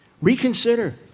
reconsider